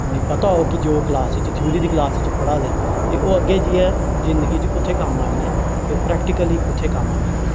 उ'नेंगी पता होग कि जो क्लास च थ्यूरी दी क्लास च पढ़ा दे न ते ओह् अग्गैं जाइयै जिन्दगी च कु'त्थें कम्म आनी ऐ ते ओह् प्रैक्टिकली कु'त्थें कम्म आनी ऐ